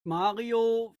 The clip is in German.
mario